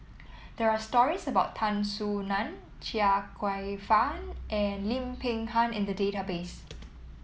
there are stories about Tan Soo Nan Chia Kwek Fah and Lim Peng Han in the database